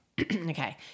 Okay